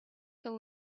till